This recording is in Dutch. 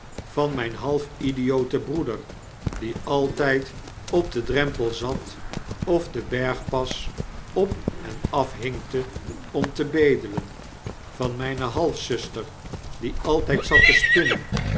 van mijn half idioten broeder die altijd op den drempel zat of den bergpas op en af hinkte om te bedelen van myne halfzuster die altyd zat te spinnen